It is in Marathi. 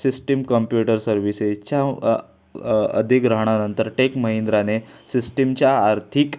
सिस्टिम कम्प्युटर सर्विसेसच्या अ अधिग्रहणानंतर टेक महिंद्राने सिस्टिमच्या आर्थिक